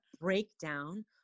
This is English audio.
breakdown